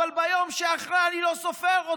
אבל ביום שאחרי: אני לא סופר אתכם.